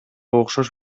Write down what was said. окшош